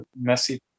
messy